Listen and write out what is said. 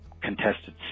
contested